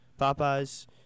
Popeye's